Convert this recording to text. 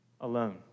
alone